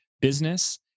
business